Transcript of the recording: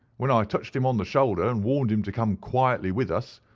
when i touched him on the shoulder and warned him to come quietly with us,